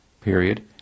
period